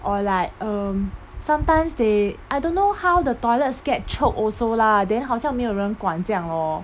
or like um sometimes they I don't know how the toilets get choke also lah then 好像没有人管这样 lor